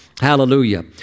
Hallelujah